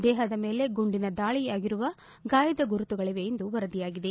ದೇಹದ ಮೇಲೆ ಗುಂಡಿನ ದಾಳಿಯಿಂದ ಆಗಿರುವ ಗಾಯದ ಗುರುತುಗಳಿವೆ ಎಂದು ವರದಿಯಾಗಿದೆ